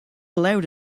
allowed